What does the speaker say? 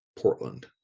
Portland